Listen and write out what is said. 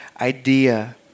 idea